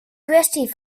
kwestie